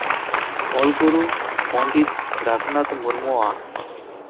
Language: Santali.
ᱚᱞᱜᱩᱨᱩ ᱯᱚᱱᱰᱤᱛ ᱨᱚᱜᱷᱩᱱᱟᱛᱷ ᱢᱩᱨᱢᱩᱣᱟᱜ